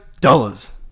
Dollars